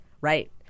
Right